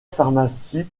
pharmacie